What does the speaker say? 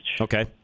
Okay